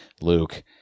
luke